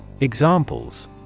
Examples